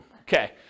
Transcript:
okay